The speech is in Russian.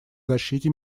защите